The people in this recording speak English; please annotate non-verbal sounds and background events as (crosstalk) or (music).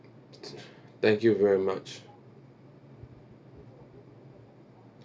(noise) thank you very much